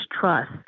trust